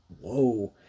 whoa